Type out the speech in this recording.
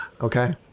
Okay